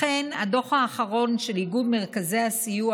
לכן הדוח האחרון של איגוד מרכזי הסיוע